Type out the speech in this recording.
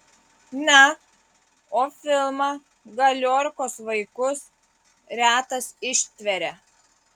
na o filmą galiorkos vaikus retas ištveria